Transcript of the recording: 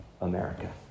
America